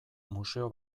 museo